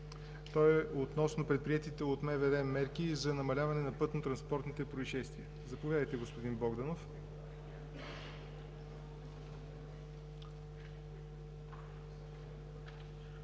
Той е относно предприетите от МВР мерки за намаляване на пътно-транспортните произшествия. Заповядайте, господин Богданов.